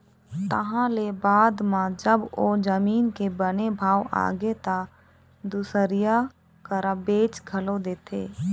तहाँ ले बाद म जब ओ जमीन के बने भाव आगे त दुसरइया करा बेच घलोक देथे